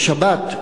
בשבת,